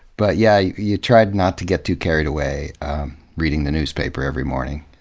but yeah, you try not to get too carried away reading the newspaper every morning.